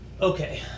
Okay